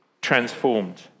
transformed